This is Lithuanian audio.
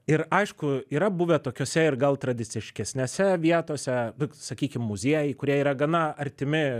ir aišku yra buvę tokiose ir gal tradiciškesnėse vietose sakykim muziejai kurie yra gana artimi